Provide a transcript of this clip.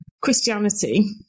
Christianity